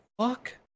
fuck